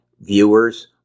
viewers